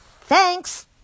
Thanks